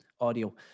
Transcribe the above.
audio